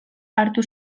hartu